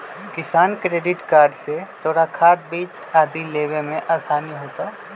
किसान credit card से तोरा खाद, बीज आदि लेवे में आसानी होतउ